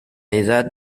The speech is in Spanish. edad